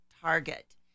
target